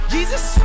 Jesus